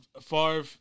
Favre